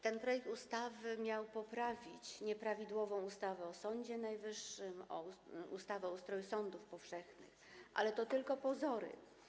Ten projekt ustawy miał poprawić nieprawidłową ustawę o Sądzie Najwyższym, ustawę o ustroju sądów powszechnych, ale to tylko pozory.